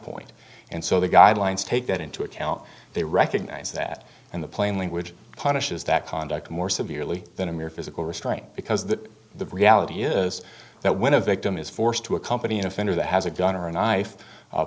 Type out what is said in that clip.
point and so the guidelines take that into account they recognize that and the plain language punishes that conduct more severely than a mere physical restraint because that the reality is that when a victim is forced to accompany an offender that has a gun or knife